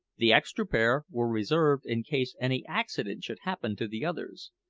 the extra pair were reserved in case any accident should happen to the others.